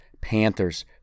Panthers